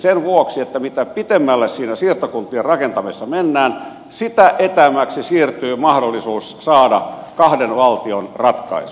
sen vuoksi että mitä pitemmälle siinä siirtokuntien rakentamisessa mennään sitä etäämmäksi siirtyy mahdollisuus saada kahden valtion ratkaisu